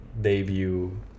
debut